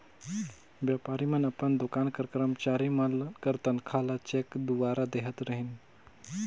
बयपारी मन अपन दोकान कर करमचारी मन कर तनखा ल चेक दुवारा देहत रहिन